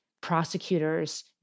prosecutors